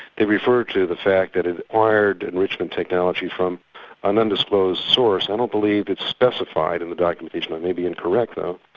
they referred to the the fact that it acquired enrichment technology from an undisclosed source. i don't believe it specified in the documentation, i may be incorrect though,